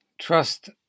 trust